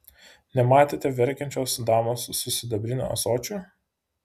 nematėte verkiančios damos su sidabriniu ąsočiu